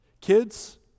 Kids